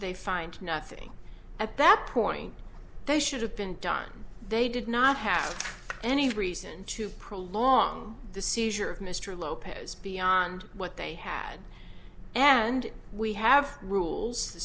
they find nothing at that point they should have been done they did not have any reason to prolong the seizure of mr lopez beyond what they had and we have rules the